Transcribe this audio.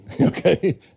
Okay